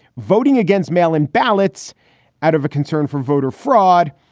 voting against mail in ballots out of a concern for voter fraud,